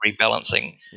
rebalancing